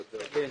לא.